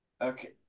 Okay